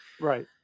Right